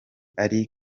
ari